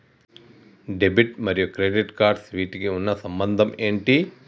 Debit మరియు credit cards వీటికి ఉన్న సంబంధం ఏంటి?